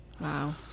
wow